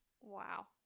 Wow